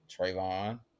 Trayvon